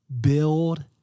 build